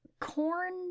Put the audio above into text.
Corn